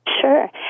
Sure